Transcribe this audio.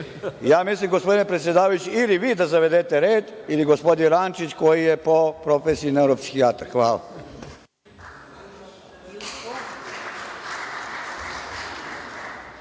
mislim, gospodine predsedavajući, ili vi da zavedete red ili gospodin Rančić, koji je po profesiji neuropsihijatar. Hvala.